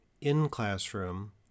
in-classroom